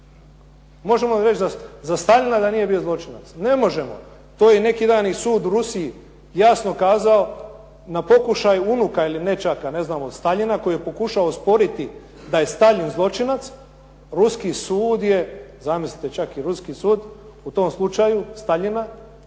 Možemo li reći za Staljina da nije bio zločinac? Ne možemo. To je neki dan i sud u Rusiji jasno kazao na pokušaju unuka ili nećaka, ne znam, od Staljina koji je pokušao osporiti da je Staljin zločinac, ruski sud je, zamislite čak i ruski sud u tom slučaju Staljina